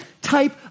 type